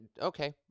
Okay